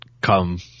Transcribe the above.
come